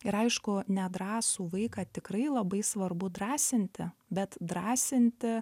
ir aišku nedrąsų vaiką tikrai labai svarbu drąsinti bet drąsinti